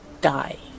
die